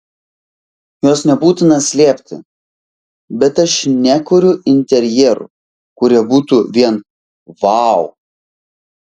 jos nebūtina slėpti bet aš nekuriu interjerų kurie būtų vien vau